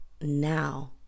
now